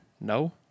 No